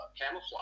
camouflage